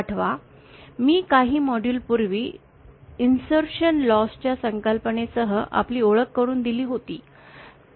आठवा मी काही मॉड्यूल पूर्वी इन्सर्शन लॉस च्या संकल्पनेसह आपली ओळख करुन दिली होती